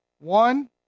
one